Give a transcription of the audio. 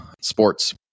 sports